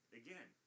again